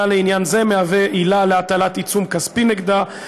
לעניין זה מהווה עילה להטלת עיצום כספי נגדה,